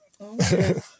Okay